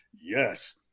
Yes